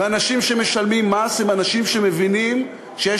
ואנשים שמשלמים מס הם אנשים שמבינים שיש